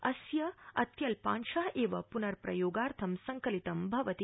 अस्य अत्यहपांश एव प्नर्प्रयोगार्थं संकलिनं भवति